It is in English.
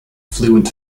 fluent